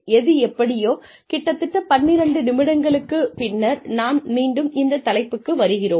எது எப்படியோ கிட்டத்தட்ட 12 நிமிடங்களுக்கு பின்னர் நாம் மீண்டும் இந்த தலைப்புக்கு வருகிறோம்